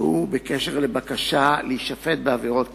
הוא בעניין בקשה להישפט בעבירות קנס.